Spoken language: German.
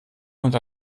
und